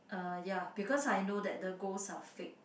uh yah because I know that the ghost are fake